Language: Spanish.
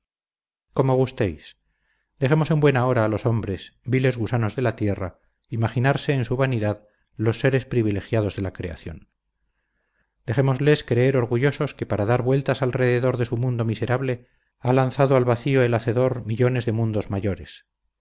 como gustéis dejemos en buena hora a los hombres viles gusanos de la tierra imaginarse en su vanidad los seres privilegiados de la creación dejémosles creer orgullosos que para dar vueltas alrededor de su mundo miserable ha lanzado al vacío el hacedor millones de mundos mayores